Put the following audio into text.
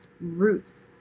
Roots